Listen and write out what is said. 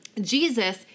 Jesus